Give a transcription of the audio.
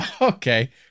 Okay